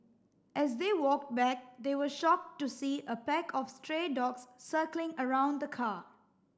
as they walked back they were shocked to see a pack of stray dogs circling around the car